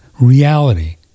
reality